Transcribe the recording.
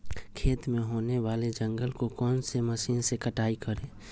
खेत में होने वाले जंगल को कौन से मशीन से कटाई करें?